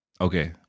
Okay